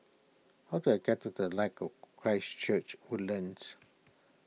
how do I get to the Light of Christ Church Woodlands